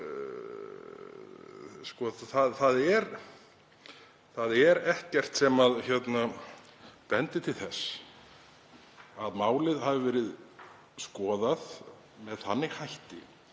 þá er ekkert sem bendir til þess að málið hafi verið skoðað með þeim hætti